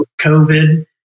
COVID